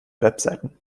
webseiten